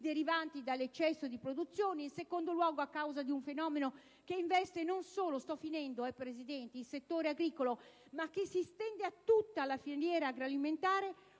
derivanti dall'eccesso di produzione; in secondo luogo, a causa di un fenomeno che investe non solo il settore agricolo, ma che si estende a tutta la filiera agroalimentare: